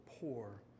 poor